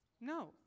No